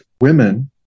women